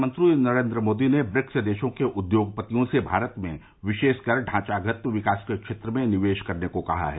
प्रधानमंत्री नरेन्द्र मोदी ने ब्रिक्स देशों के उद्योगपतियों से भारत में विशेषकर ढांचागत विकास के क्षेत्र में निवेश करने को कहा है